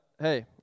hey